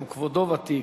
גם כבודו ותיק,